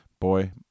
boy